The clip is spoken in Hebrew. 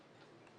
רבותיי?